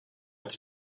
its